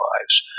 lives